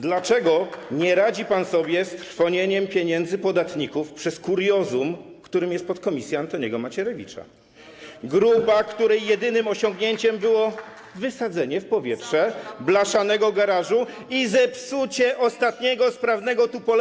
Dlaczego nie radzi pan sobie, trwoniąc pieniądze podatników, z kuriozum, którym jest podkomisja Antoniego Macierewicza, grupa, której jedynym osiągnięciem było wysadzenie w powietrze blaszanego garażu i zepsucie ostatniego sprawnego tupolewa?